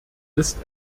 ist